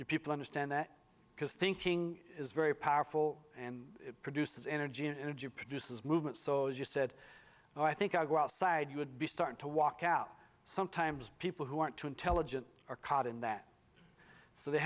you people understand that because thinking is very powerful and it produces energy and energy produces movement so as you said i think i'll go outside you would be started to walk out sometimes people who aren't too intelligent are caught in that so they